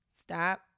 stop